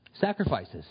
sacrifices